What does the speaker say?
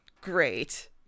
Great